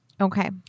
Okay